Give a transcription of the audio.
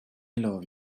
love